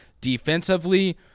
defensively